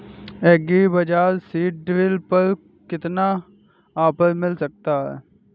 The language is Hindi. एग्री बाजार से सीडड्रिल पर कितना ऑफर मिल सकता है?